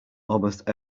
almost